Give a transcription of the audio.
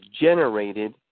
generated